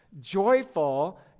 joyful